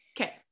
Okay